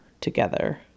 together